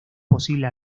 posible